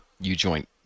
U-joint